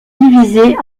divisée